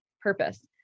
purpose